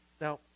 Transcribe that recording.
Now